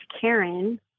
Karen